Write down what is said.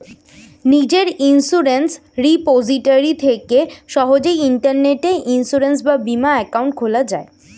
নিজের insurance repository থেকে সহজেই ইন্টারনেটে ইন্সুরেন্স বা বীমা অ্যাকাউন্ট খোলা যায়